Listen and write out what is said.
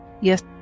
yes